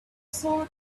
sword